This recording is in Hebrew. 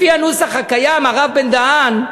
לפי הנוסח הקיים", הרב בן-דהן,